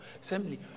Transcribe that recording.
assembly